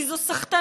כי זו סחטנות,